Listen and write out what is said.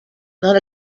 not